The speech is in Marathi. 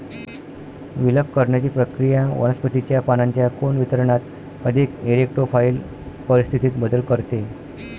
विलग करण्याची प्रक्रिया वनस्पतीच्या पानांच्या कोन वितरणात अधिक इरेक्टोफाइल परिस्थितीत बदल करते